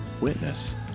Witness